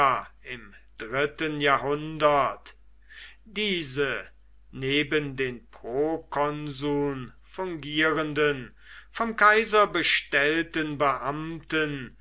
im dritten jahrhundert diese neben den prokonsuln fungierenden vom kaiser bestellten beamten